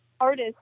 artist